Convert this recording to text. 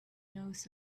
knows